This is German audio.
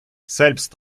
selbst